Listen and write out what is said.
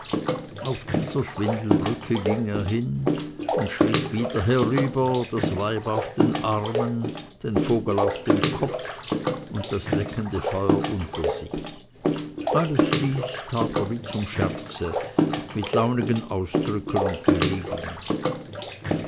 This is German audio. auf dieser schwindelbrücke ging er hin und schritt wieder herüber das weib auf den armen den vogel auf dem kopfe und das leckende feuer unter sich alles dies tat er wie zum scherze mit launigen ausdrücken und bewegungen